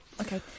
Okay